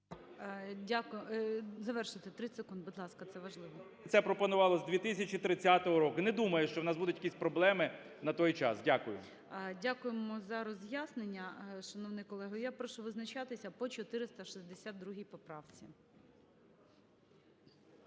Дякую. Завершуйте, 30 секунд, будь ласка. Це важливо. КНЯЖИЦЬКИЙ М.Л. Це пропонували з 2030 року. Не думаю, що в нас будуть якісь проблеми на той час. Дякую. ГОЛОВУЮЧИЙ. Дякуємо за роз'яснення, шановний колего. Я прошу визначатися по 462 поправці.